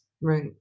right